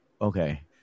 okay